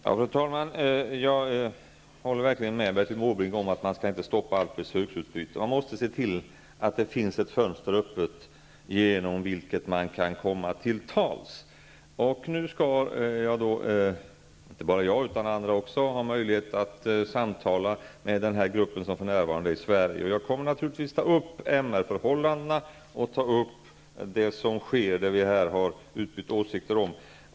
Fru talman! Jag håller verkligen med Bertil Måbrink om att man inte skall stoppa allt besöksutbyte. Vi måste se till att det finns ett fönster öppet, genom vilket vi kan komma till tals. Nu kommer jag och andra att få möjlighet att samtala med den grupp som för närvarande är i Sverige. Jag kommer under samtalen naturligtvis att ta upp MR-förhållandena och det som sker i Kina och som vi här har utbytt åsikter om.